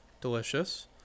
Delicious